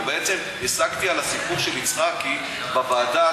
או בעצם השגתי על הסיפור של יצחקי בוועדה,